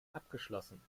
abgeschlossen